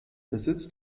besitz